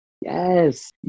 Yes